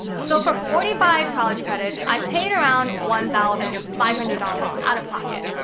so for forty five college credits, i paid around one thousand five hundred dollars out of pocket.